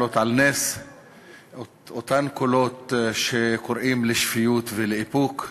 להעלות על נס את אותם קולות שקוראים לשפיות ולאיפוק,